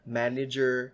manager